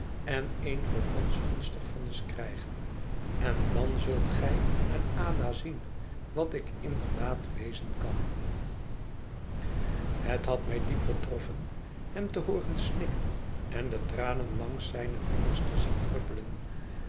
en een voor ons gunstig vonnis krijgen en dan zult gij en ada zien wat ik inderdaad wezen kan het had mij diep getroffen hem te hooren snikken en de tranen langs zijne vingers te zien druppelen